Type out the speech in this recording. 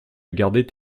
gardait